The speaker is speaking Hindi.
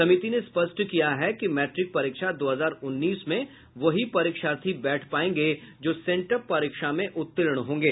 समिति ने स्पष्ट किया है कि मैट्रिक परीक्षा दो हजार उन्नीस में वहीं परीक्षार्थी बैठ पायेंगे जो सेंटअप परीक्षा में उत्तीर्ण होंगे